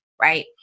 right